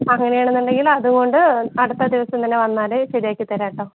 ആ അങ്ങനെയാണെന്നുണ്ടെങ്കിൽ അതുകൊണ്ട് അടുത്ത ദിവസം തന്നെ വന്നാൽ ശരിയാക്കി തരാം കേട്ടോ